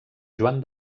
joan